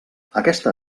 aquesta